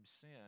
sin